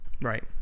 Right